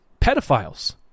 pedophiles